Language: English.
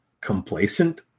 complacent